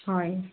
হয়